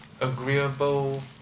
agreeable